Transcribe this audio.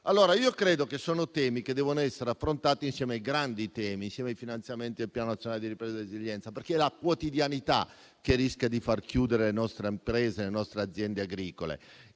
all'ora. Credo che questi temi debbano essere affrontati insieme a quelli grandi, come i finanziamenti del Piano nazionale di ripresa e resilienza, perché è la quotidianità che rischia di far chiudere le nostre imprese e le nostre aziende agricole.